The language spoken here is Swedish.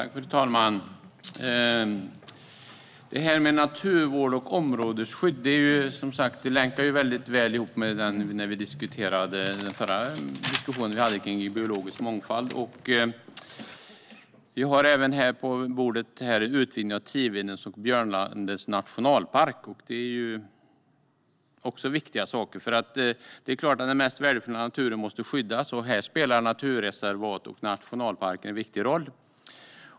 Fru talman! Det här med naturvård och områdesskydd länkar väldigt väl till den förra debatten om biologisk mångfald. Vi har på bordet förslag om utvidgning av Tivedens och Björnlandets nationalparker. Det är viktiga saker. Den mest värdefulla naturen måste skyddas, och här spelar naturreservat och nationalparker en viktig roll.